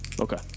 Okay